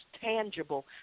tangible